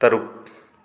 ꯇꯔꯨꯛ